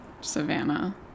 Savannah